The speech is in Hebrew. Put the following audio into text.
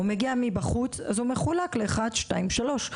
הוא מגיע מבחוץ אז הוא מחולק לאחד, שתיים שלוש.